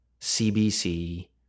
CBC